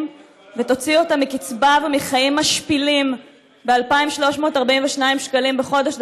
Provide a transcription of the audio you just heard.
ותוציא אותם מקצבה ומחיים משפילים ב-2,342 שקלים בחודש,